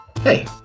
Hey